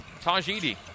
Tajidi